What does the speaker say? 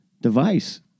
device